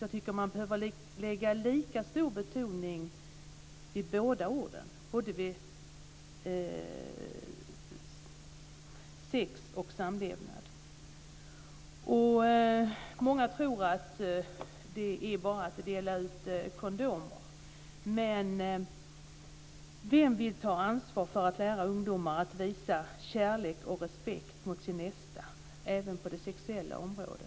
Jag tycker att man bör lägga lika stark betoning på båda orden, dvs. både på sex och på samlevnad. Många tror att det bara är fråga om att dela ut kondomer, men det gäller att lära ungdomar att visa kärlek och respekt mot sin nästa, även på det sexuella området.